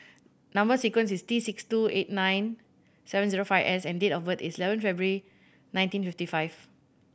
number sequence is T six two eight nine seven zero five S and date of birth is eleven February nineteen fifty five